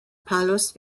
palos